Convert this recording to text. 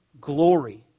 glory